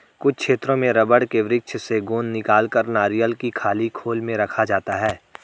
कुछ क्षेत्रों में रबड़ के वृक्ष से गोंद निकालकर नारियल की खाली खोल में रखा जाता है